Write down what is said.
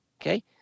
Okay